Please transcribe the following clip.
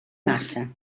massa